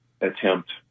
attempt